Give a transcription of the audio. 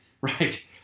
Right